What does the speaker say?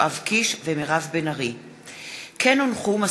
יואב קיש ומירב בן ארי בנושא: מצב שוק הספרים בישראל.